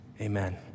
Amen